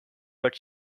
but